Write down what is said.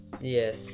Yes